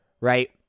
right